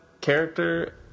character